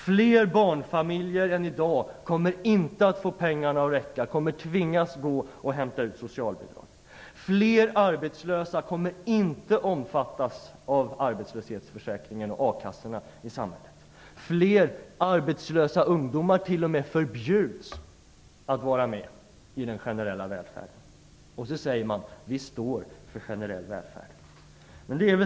Fler barnfamiljer än i dag kommer inte att på pengarna att räcka utan tvingas att gå och hämta ut socialbidrag. Fler arbetslösa kommer inte att omfattas av arbetslöshetsförsäkringen och a-kassorna i samhället. Fler arbetslösa ungdomar t.o.m. förbjuds att vara med i den generella välfärden. Sedan säger man: Vi står för generell välfärd.